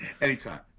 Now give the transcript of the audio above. Anytime